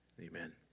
amen